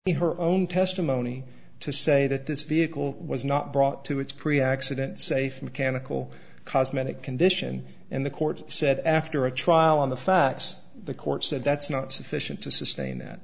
in her own testimony to say that this vehicle was not brought to its pre accident safe mechanical cosmetic condition and the court said after a trial on the facts the court said that's not sufficient to sustain that